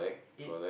it